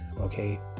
okay